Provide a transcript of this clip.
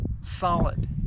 solid